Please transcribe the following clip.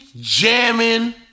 Jamming